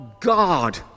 God